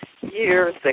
years